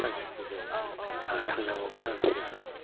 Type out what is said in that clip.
सानस्रिगोन दा थांनाब्लाबो सानस्रिहैगोन आं